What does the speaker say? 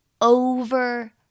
over